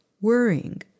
worrying